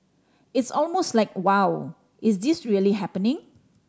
it's almost like Wow is this really happening